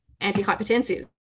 anti-hypertensive